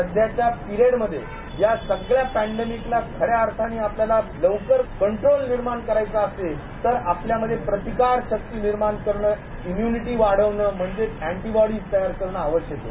सध्याच्या पिरेड मध्ये यासगळ्या पँडेमिकला खऱ्या अर्थांनं आपल्याला लवकर कंट्रोल करायचा असेल तर अपल्यामध्ये प्रतिकारशक्ती निर्माण इम्य्निटी वाढवणं म्हणजेच ऍन्टीबॉडीज तयार करणं आवश्यक आहे